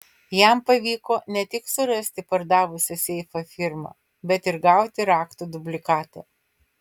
jam pavyko ne tik surasti pardavusią seifą firmą bet ir gauti raktų dublikatą